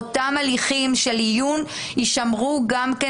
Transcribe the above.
אותם הליכים של עיון יישמרו גם כן